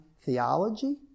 theology